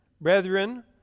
brethren